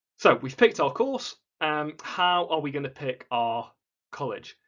so, we've picked our course, and how are we going to pick our college?